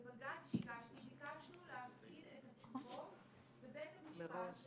בבג"ץ שהגשתי ביקשנו להפקיד את התשובות בבית המשפט,